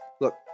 Look